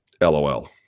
LOL